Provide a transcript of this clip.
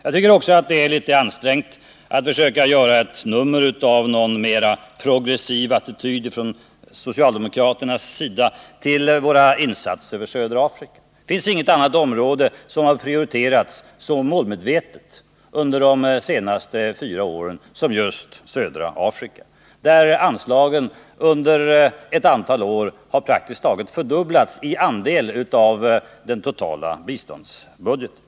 Jag tycker också att det är litet ansträngt att försöka hävda en mera progressiv attityd från socialdemokraternas sida när det gäller våra insatser för södra Afrika. Det finns inget annat område som har prioriterats så målmedvetet under de senaste fyra åren som just södra Afrika. Under 1970-talet har anslagen dit praktiskt taget fördubblats i andel av den totala biståndsbudgeten.